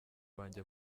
wanjye